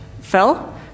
fell